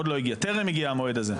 עוד לא הגיע, טרם הגיע המועד הזה.